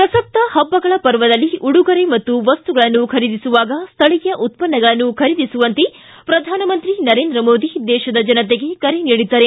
ಪ್ರಸಕ್ತ ಹಬ್ಬಗಳ ಪರ್ವದಲ್ಲಿ ಉಡುಗೊರೆ ಮತ್ತು ವಸ್ತುಗಳನ್ನು ಖರೀದಿಸುವಾಗ ಸ್ಥಳೀಯ ಉತ್ಪನ್ನಗಳನ್ನು ಖರೀದಿಸುವಂತೆ ಪ್ರಧಾನಮಂತ್ರಿ ನರೇಂದ್ರ ಮೋದಿ ದೇಶದ ಜನತೆಗೆ ಕರೆ ನೀಡಿದ್ದಾರೆ